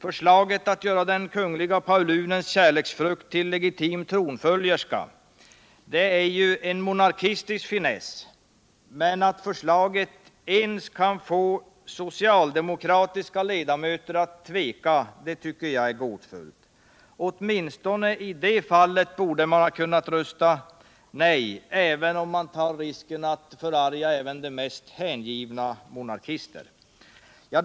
Förslaget att göra den kungliga paulunens kärleksfrukt till legitim tronföljerska är ju en monarkistisk finess, men att förslaget ens kan få socialdemokratiska ledamöter att tveka tycker jag är gåtfullt. Åtminstone i det fallet borde man kunna rösta nej, även om man tar risken att förarga de mest hängivna monarkisterna.